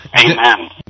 Amen